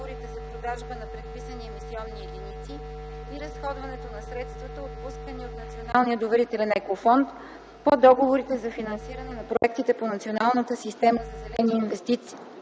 договорите за продажба на предписани емисионни единици и разходването на средствата, отпускани от Националния доверителен екофонд, по договорите за финансиране на проектите по Националната схема за зелени инвестиции